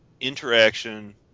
interaction